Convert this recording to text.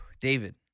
David